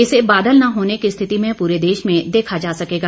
इसे बादल न होने की स्थिति में पूरे देश में देखा जा सकेगा